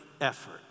effort